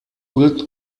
built